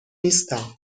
نیستم